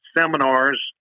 seminars